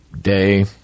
day